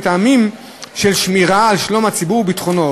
מטעמים של שמירה על שלום הציבור וביטחונו.